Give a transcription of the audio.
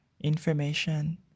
information